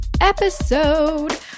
episode